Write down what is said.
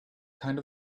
kind